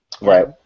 Right